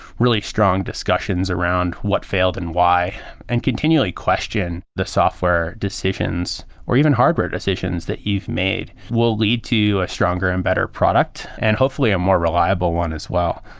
really strong discussions around what failed and why and continually question the software decisions or even hardware decisions that you've made will lead to a stronger and better product and hopefully a more reliable one as well.